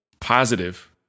positive